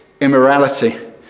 immorality